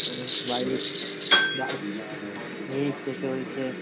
ও বাড়ির বাড়ির এই তো চলছে